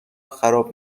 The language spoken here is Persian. خراب